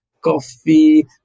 coffee